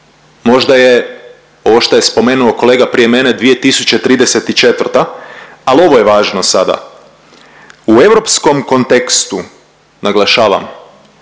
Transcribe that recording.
Možda je ovo što je spomenuo kolega prije mene 2034. ali ovo je važno sada. U europskom kontekstu, naglašavam